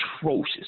atrocious